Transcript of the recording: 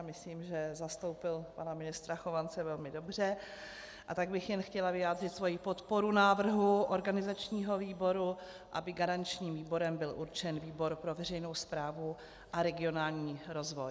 Myslím, že zastoupil pana ministra Chovance velmi dobře, a tak bych jen chtěla vyjádřit svoji podporu návrhu organizačního výboru, aby garančním výborem byl určen výbor pro veřejnou správu a regionální rozvoj.